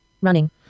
running